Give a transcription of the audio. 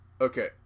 Okay